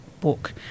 book